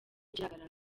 kigaragara